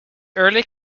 early